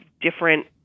different